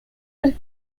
with